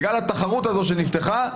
בגלל התחרות שנפתחה,